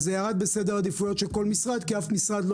וזה ירד בסדר העדיפויות של כל משרד כי אף משרד לא